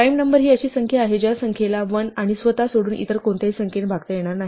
prime number ही अशी संख्या आहे ज्या संख्येला 1 आणि स्वतः सोडून इतर कोणत्याही संख्येने भागता येणार नाही